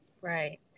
Right